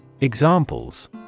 Examples